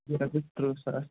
رۄپیَس تٕرٛہ ساس